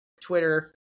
Twitter